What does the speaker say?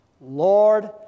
Lord